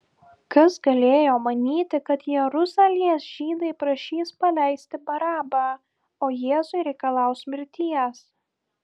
kas galėjo manyti kad jeruzalės žydai prašys paleisti barabą o jėzui reikalaus mirties